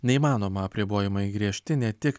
neįmanoma apribojimai griežti ne tik